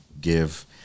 give